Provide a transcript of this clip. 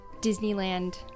Disneyland